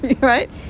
Right